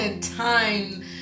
time